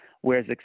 Whereas